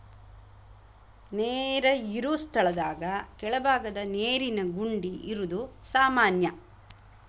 ನೇರ ಇರು ಸ್ಥಳದಾಗ ಕೆಳಬಾಗದ ನೇರಿನ ಗುಂಡಿ ಇರುದು ಸಾಮಾನ್ಯಾ